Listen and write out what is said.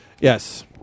Yes